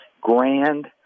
grand